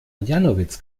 janowitz